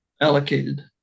allocated